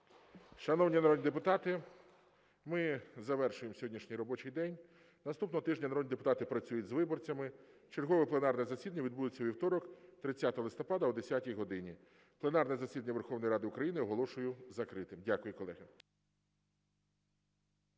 Шановні народні депутати, ми завершуємо сьогоднішній робочий день. Наступного тижня народні депутати працюють з виборцями. Чергове пленарне засідання відбудеться у вівторок, 30 листопада, о 10 годині. Пленарне засідання Верховної Ради України оголошую закритим. Дякую, колеги.